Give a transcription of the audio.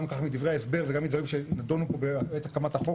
גם מדברי ההסבר וגם מדברים שנדונו פה בעת הקמת החוק,